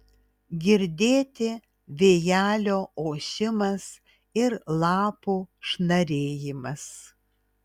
girdėti vėjelio ošimas ir lapų šnarėjimas